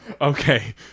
Okay